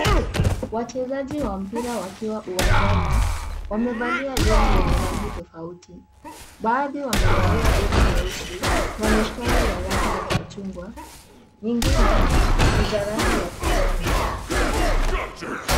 Wachezaji wa mpira wakiwa uwanjani wamevalia jezi zenye rangi tofauti. Baadhi wamevalia jezi nyeusi na mistari ya rangi ya machungwa, wengine ni za rangi ya kijani.